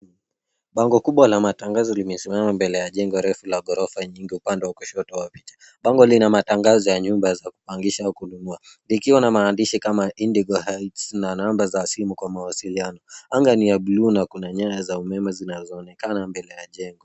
Bango kubwa la matangazo limesimama mbele ya jengo refu ya ghorofa nyingi upande wa kushoto wa picha. Bango lina matangazo ya nyumba za kupangisha au kunua, likiwa na maandishi kama Indigo Heights na namba za simu kwa mawasiliano. Anga ni ya blue na kuna nyaya za umeme zinazoonekana mbele ya jengo.